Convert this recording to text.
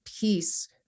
peace